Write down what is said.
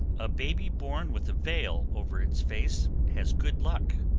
a baby born with a veil over its face has good luck.